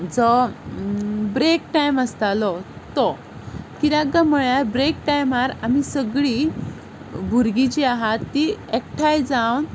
जो break time आसतालो तो कित्याक म्हळ्यार ब्रेक टायमार आमी सगळी भुरगीं जी आहा ती एकठांय जावन